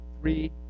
three